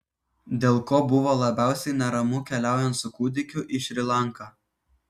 dėl ko buvo labiausiai neramu keliaujant su kūdikiu į šri lanką